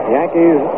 Yankees